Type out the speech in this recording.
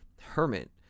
hermit